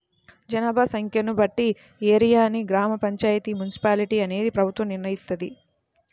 జనాభా సంఖ్యను బట్టి ఏరియాని గ్రామ పంచాయితీ, మున్సిపాలిటీ అనేది ప్రభుత్వం నిర్ణయిత్తది